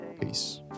Peace